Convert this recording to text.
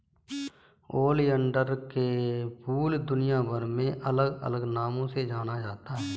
oleander के फूल दुनियाभर में अलग अलग नामों से जाना जाता है